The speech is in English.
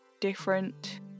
different